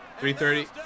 3.30